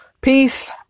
Peace